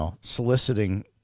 soliciting